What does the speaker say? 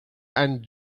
and